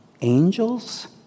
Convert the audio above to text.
angels